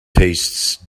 tastes